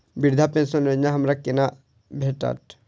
वृद्धा पेंशन योजना हमरा केना भेटत?